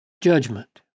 judgment